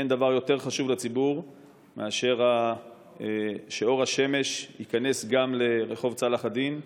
אין דבר יותר חשוב לציבור מאשר שאור השמש ייכנס גם לרחוב צלאח א-דין.